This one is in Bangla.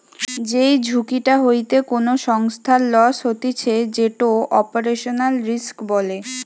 যেই ঝুঁকিটা হইতে কোনো সংস্থার লস হতিছে যেটো অপারেশনাল রিস্ক বলে